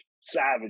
Savage